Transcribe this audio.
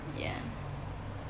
ya